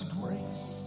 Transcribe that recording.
grace